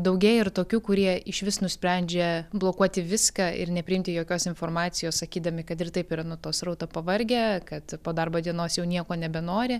daugėja ir tokių kurie išvis nusprendžia blokuoti viską ir nepriimti jokios informacijos sakydami kad ir taip yra nuo to srauto pavargę kad po darbo dienos jau nieko nebenori